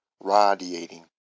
radiating